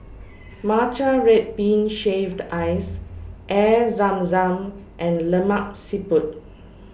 Matcha Red Bean Shaved Ice Air Zam Zam and Lemak Siput